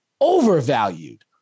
overvalued